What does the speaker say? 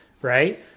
right